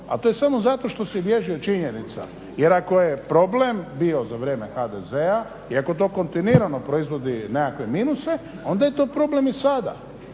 a to je samo zato što se bježi od činjenica. Jer ako je problem bio za vrijeme HDZ-a i ako to kontinuirano proizvodi nekakve minuse onda je to problem i sada.